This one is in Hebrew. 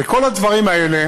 וכל הדברים האלה